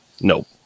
Nope